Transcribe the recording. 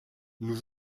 nous